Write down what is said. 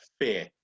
fear